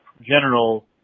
general